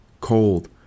cold